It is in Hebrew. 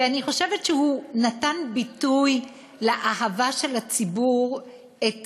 ואני חושבת שהוא נתן ביטוי לאהבה של הציבור את